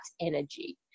energy